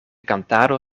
kantado